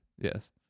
Yes